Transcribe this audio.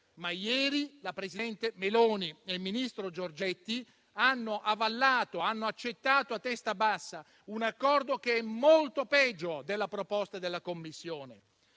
ma ieri la presidente Meloni e il ministro Giorgetti hanno avallato e accettato a testa bassa un accordo che è molto peggio della proposta della Commissione.